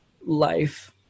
life